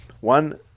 One